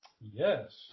Yes